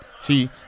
See